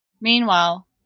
Meanwhile